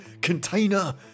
container